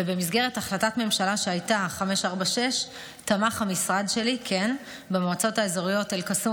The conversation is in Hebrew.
ובמסגרת החלטת ממשלה 546 תמך המשרד שלי במועצות האזוריות אל-קסום